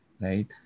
right